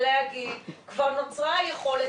ולהגיד שכבר נוצרה היכולת,